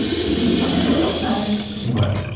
you want to know what else matters? what?